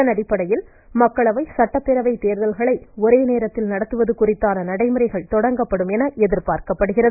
இதனடிப்படையில் மக்களவை சட்டப்பேரவைத் தேர்தல்களை ஒரே நேரத்தில் நடத்துவது குறித்தான நடைமுறைகள் தொடங்கப்படும் என எதிர்பார்க்கப்படுகிறது